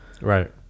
right